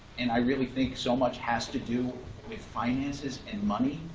and i really think so much has to do with finances and money.